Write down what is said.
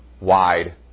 wide